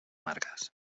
marques